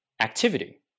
activity